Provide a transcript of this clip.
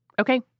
Okay